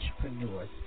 entrepreneurs